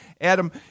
Adam